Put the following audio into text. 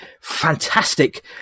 fantastic